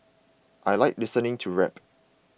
I like listening to rap